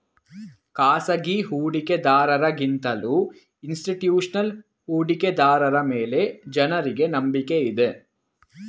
ಖಾಸಗಿ ಹೂಡಿಕೆದಾರರ ಗಿಂತಲೂ ಇನ್ಸ್ತಿಟ್ಯೂಷನಲ್ ಹೂಡಿಕೆದಾರರ ಮೇಲೆ ಜನರಿಗೆ ನಂಬಿಕೆ ಇದೆ